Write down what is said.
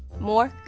more.